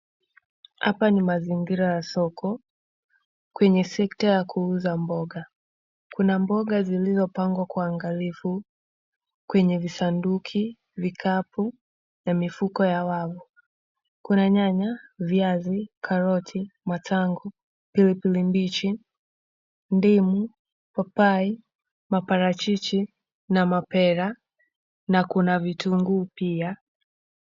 Hapa ni mazingira ya soko kwenye sekta ya kuuza mboga, kuna mboga zilizopangwa kwa uangalifu kwenye visanduki, vikapu na mifuko ya wavu. Kuna nyanya, karoti, matangu, pilipili mbichi, ndimu, papai, maparachichi, na mapera na kuna vitunguu pia.